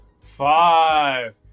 five